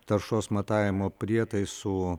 taršos matavimo prietaisų